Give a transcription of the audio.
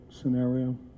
scenario